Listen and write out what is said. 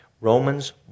Romans